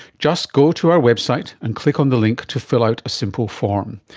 just go to our website and click on the link to fill out a simple form.